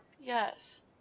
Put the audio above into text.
Yes